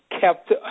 kept